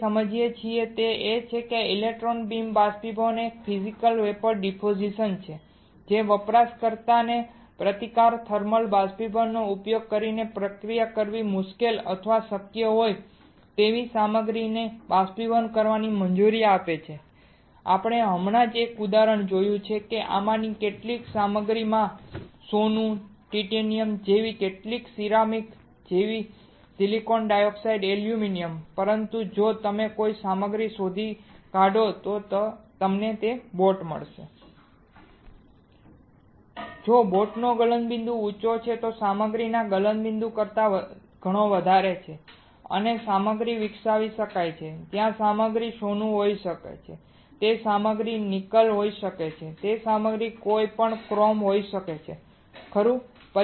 આપણે જે સમજીએ છીએ તે એ છે કે ઇલેક્ટ્રોન બીમ બાષ્પીભવન એ એક ફિઝિકલ વેપોર ડીપોઝીશન છે જે વપરાશકર્તાને પ્રતિકારક થર્મલ બાષ્પીભવન નો ઉપયોગ કરીને પ્રક્રિયા કરવી મુશ્કેલ અથવા અશક્ય હોય તેવી સામગ્રીને બાષ્પીભવન કરવાની મંજૂરી આપે છે આપણે હમણાં જ એક ઉદાહરણ જોયું છે કે આમાંની કેટલીક સામગ્રીઓમાં સોનું ટાઇટેનિયમ જેવી કેટલીક સિરામિક્સ જેવી સિલિકોન ડાયોક્સાઇડ એલ્યુમિના પરંતુ જો તમે કોઈ સામગ્રી શોધી કાઢો તો તમને બોટ મળે જે બોટનો ગલનબિંદુ ઊંચો છે તે સામગ્રીના ગલનબિંદુ કરતાં ઘણો વધારે છે અને સામગ્રી વિકસાવી શકાય છે ત્યાં સામગ્રી સોનું હોઈ શકે છે તે સામગ્રી નિકલ હોઈ શકે છે તે સામગ્રી કોઈપણ ક્રોમ હોઈ શકે છે ખરું